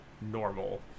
normal